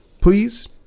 Please